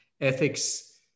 ethics